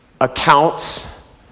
accounts